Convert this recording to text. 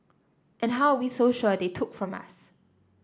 and how are we so sure they took from us